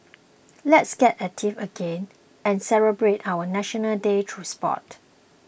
let's get active again and celebrate our National Day through sport